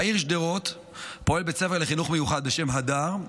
בעיר שדרות פועל בית ספר לחינוך מיוחד בשם הדר,